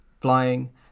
Flying